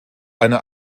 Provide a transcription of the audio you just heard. eine